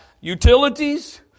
utilities